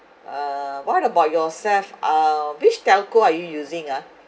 uh what about yourself uh which telco are you using ah